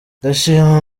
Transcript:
ndashima